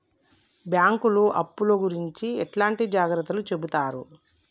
బ్యాంకులు అప్పుల గురించి ఎట్లాంటి జాగ్రత్తలు చెబుతరు?